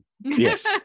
yes